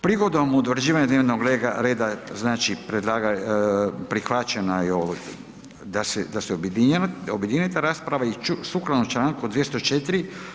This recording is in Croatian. Prigodom utvrđivanja dnevnog reda prihvaćena je da se objedini ta rasprava i sukladno članku 204.